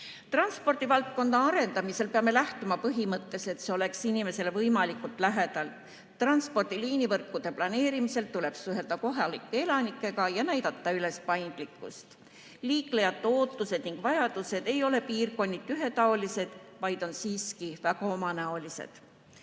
raudteevõrguga. Transpordivaldkonna arendamisel peame lähtuma põhimõttest, et transport oleks inimesele võimalikult lähedal. Transpordi liinivõrkude planeerimisel tuleb suhelda kohalike elanikega ja näidata üles paindlikkust. Liiklejate ootused ja vajadused ei ole piirkonniti ühetaolised, vaid on väga omanäolised.